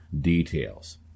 details